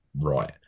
right